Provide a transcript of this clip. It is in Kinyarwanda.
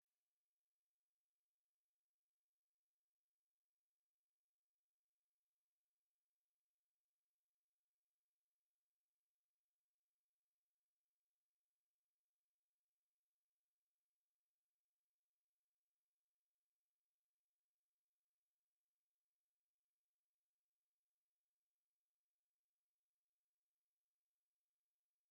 Amatsinda abiri, buri tsinda rifite izina ryaryo kandi yose ari mu ibara ry'umweru. Amatsinda yose afite ibiyaranga yihariye ariko akagira n'ibindi ahuriyemo. Ibi bigaragaza uburyo abantu tugira imico myinshi itandukanye ariko hakaba hari ibyo usanga tugenda duhuriyeho.